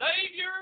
Savior